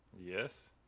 Yes